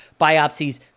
biopsies